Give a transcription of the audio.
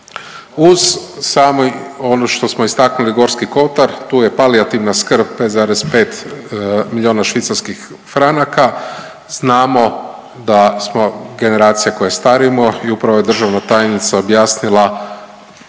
Uz sami ono što smo istaknuli Gorski kotar tu je palijativna skrb 5,5 milijuna švicarskih franaka. Znamo da smo generacija koja starimo i upravo je državna tajnica objasnila